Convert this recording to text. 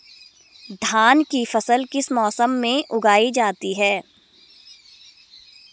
धान की फसल किस मौसम में उगाई जाती है?